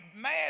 mad